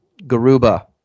Garuba